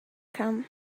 come